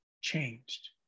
changed